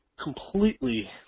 completely